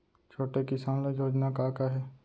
छोटे किसान ल योजना का का हे?